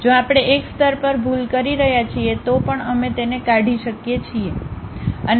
જો આપણે એક સ્તર પર ભૂલ કરી રહ્યા છીએ તો પણ અમે તેને કાઠી શકીએ છીએ અને બાકીની બાબતો સાથે ચાલુ રાખીશું